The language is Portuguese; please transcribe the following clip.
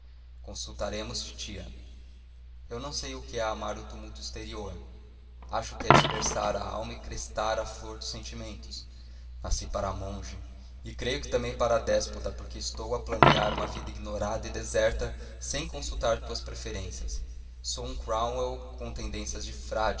índole consultaremos titia eu não sei o que é amar o tumulto exterior acho que é dispersar a alma e crestar a flor dos sentimentos nasci para monge e creio que também para déspota porque estou a planear uma vida ignorada e deserta sem consultar tuas preferências sou um qual com tendências de